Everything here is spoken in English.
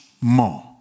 more